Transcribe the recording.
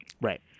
Right